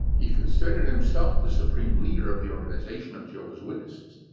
he considered himself the supreme leader of the organization of jehovah's witnesses,